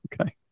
Okay